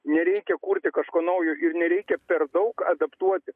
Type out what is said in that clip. nereikia kurti kažko naujo ir nereikia per daug adaptuoti